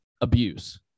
abuse